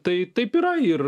tai taip yra ir